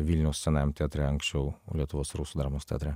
vilniaus senajam teatre anksčiau lietuvos rusų dramos teatre